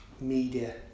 media